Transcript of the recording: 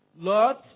Lord